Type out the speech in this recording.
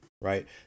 right